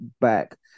back